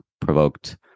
provoked